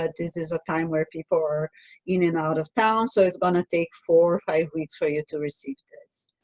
ah this is a time where people are in and out of town, so it's going to take four or five weeks for you to receive this.